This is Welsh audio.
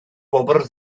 bobl